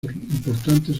importantes